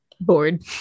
bored